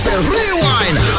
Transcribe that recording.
Rewind